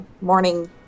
morning